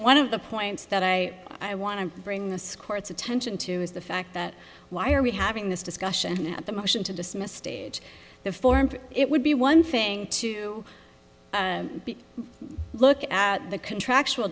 one of the points that i i want to bring this court's attention to is the fact that why are we having this discussion at the motion to dismiss stage the formed it would be one thing to look at the contractual